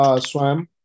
swam